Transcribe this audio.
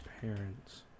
parents